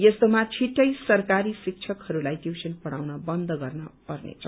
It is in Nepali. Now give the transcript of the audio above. यस्तोमा छिट्टै सरकारी शिक्षकहरूलाई टयूशन पढ़ाउन बन्द गर्ने पर्नेछ